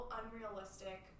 unrealistic